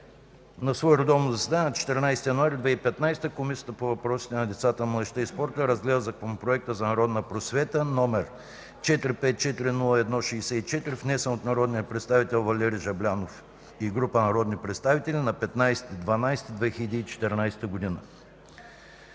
На свое редовно заседание на 14 януари 2015 г. Комисията по въпросите на децата, младежта и спорта разгледа Законопроект за народната просвета, № 454-01-64, внесен от народния представител Валери Жаблянов и група народни представители на 15 декември 2014 г.